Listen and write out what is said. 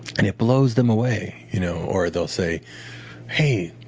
and it blows them away. you know or they'll say hey,